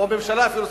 או ממשלה אפילו,